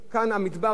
ראינו עוד 40 שנה,